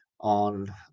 on